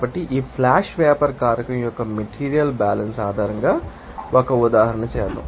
కాబట్టి ఈ flash vapour కారకం యొక్క మెటీరియల్ బ్యాలెన్స్ ఆధారంగా ఒక ఉదాహరణ చేద్దాం